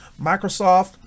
Microsoft